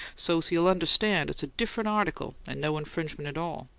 so't he'll understand it's a different article and no infringement at all.